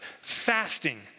fasting